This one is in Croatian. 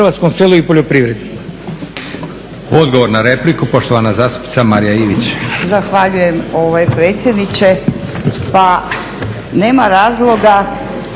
Odgovor na repliku, poštovana zastupnica Marija Ilić.